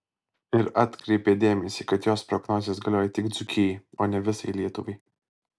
ir atkreipė dėmesį kad jos prognozės galioja tik dzūkijai o ne visai lietuvai